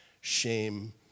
shame